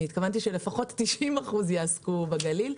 אני התכוונתי שלפחות 90% יעסקו בגליל.